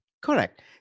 Correct